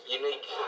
unique